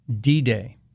D-Day